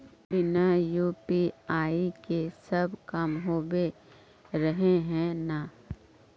बिना यु.पी.आई के सब काम होबे रहे है ना?